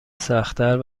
سختتر